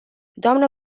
doamnă